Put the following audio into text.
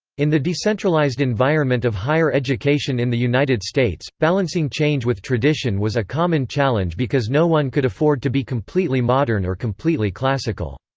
in the decentralized environment of higher education in the united states, balancing change with tradition was a common challenge because no one could afford to be completely modern or completely classical.